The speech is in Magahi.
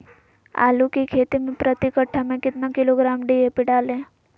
आलू की खेती मे प्रति कट्ठा में कितना किलोग्राम डी.ए.पी डाले?